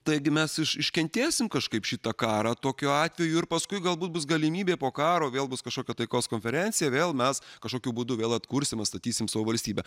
taigi mes iš iškentėsim kažkaip šitą karą tokiu atveju ir paskui galbūt bus galimybė po karo vėl bus kažkokia taikos konferencija vėl mes kažkokiu būdu vėl atkursim atstatysim savo valstybę